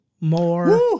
more